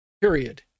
period